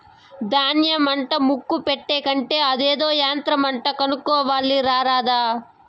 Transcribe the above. దాన్య మట్టా ముక్క పెట్టే కంటే అదేదో యంత్రమంట కొనుక్కోని రారాదా